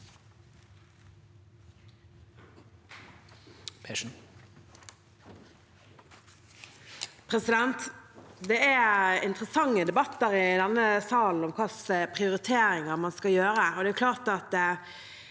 Det er interes- sante debatter i denne sal om hvilke prioriteringer man skal gjøre.